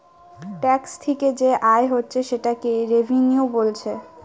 tax থিকে যে আয় হচ্ছে সেটাকে রেভিনিউ বোলছে